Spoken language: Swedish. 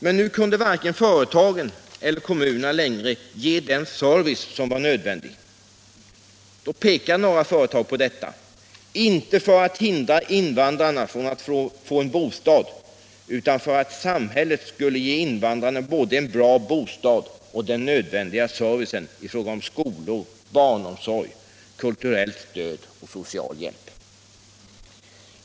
Men nu kunde varken företagen eller kommunerna längre ge den service som var nödvändig. Då pekade några företag på detta — inte för att hindra invandrarna från att få en bostad utan för att samhället skulle ge invandrarna både en bra bostad och den nödvändiga servicen i fråga om skolor, barnomsorg, kulturellt stöd och social hjälp.